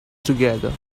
together